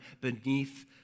beneath